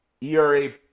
ERA